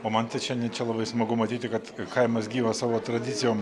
o man šiandien čia labai smagu matyti kad kaimas gyvas savo tradicijom